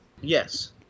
Yes